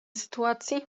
sytuacji